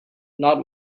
not